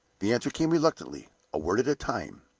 the answer came reluctantly, a word at a time,